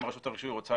אם רשות הרישוי רוצה,